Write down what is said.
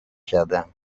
کردم